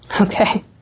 Okay